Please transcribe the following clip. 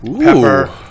pepper